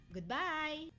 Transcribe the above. Goodbye